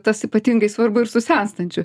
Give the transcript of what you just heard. tas ypatingai svarbu ir su senstančiu